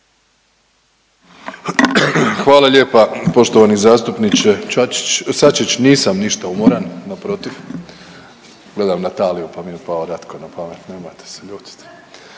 Hvala lijepa poštovani zastupniče Čačić, Sačić, nisam ništa umoran, naprotiv. Gledam Nataliju pa mi je pao Ratko na pamet, nemojte se ljutiti.